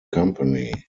company